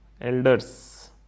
elders